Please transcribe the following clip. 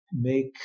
make